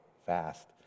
fast